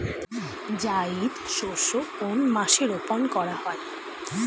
জায়িদ শস্য কোন মাসে রোপণ করা হয়?